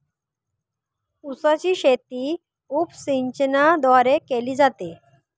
उसाची शेती उपसिंचनाद्वारे केली जाते